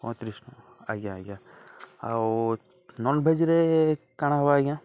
ପଇଁତିରିଶ ଟଙ୍କା ଆଜ୍ଞା ଆଜ୍ଞା ଆଉ ନନ୍ଭେଜ୍ରେ କା'ଣା ହେବା ଆଜ୍ଞା